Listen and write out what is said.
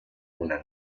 una